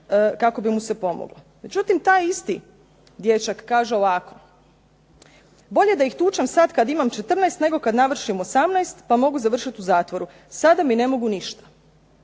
kako bi mu se pomoglo. Međutim, taj isti dječak kaže ovako: "Bolje da ih tučem sad kad imam 14 nego kad navršim 18 pa mogu završiti u zatvoru. Sada mi ne mogu ništa."